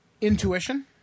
intuition